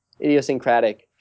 idiosyncratic